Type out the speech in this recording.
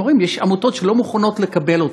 חמורים, יש עמותות שלא מוכנות לקבל אותן.